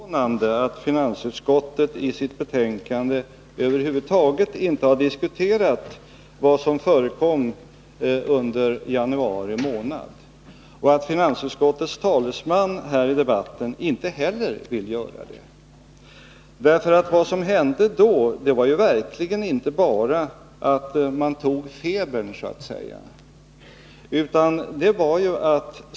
Herr talman! Det är förvånande att finansutskottet i sitt betänkande över huvud taget inte har diskuterat vad som förekom under januari månad och att finansutskottets talesman här i debatten inte heller vill göra det. Vad som hände då var verkligen inte bara att man så att säga tog febern.